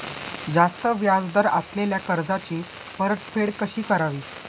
जास्त व्याज दर असलेल्या कर्जाची परतफेड कशी करावी?